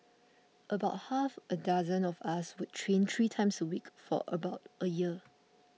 about half a dozen of us would train three times a week for about a year